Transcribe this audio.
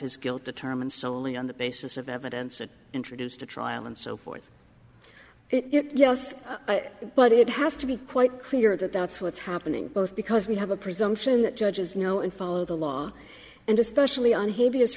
his guilt determined solely on the basis of evidence that introduced a trial and so forth it yes but it has to be quite clear that that's what's happening both because we have a presumption that judges know and follow the law and especially on h